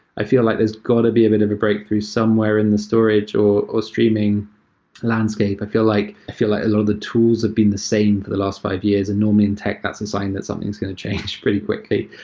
i feel like there's got to be a bit of a breakthrough somewhere in the storage or or streaming landscape. i feel like feel like a lot of the tools have been the same for the last five years, and normally in tech that's a and sign that something is going to change pretty quickly.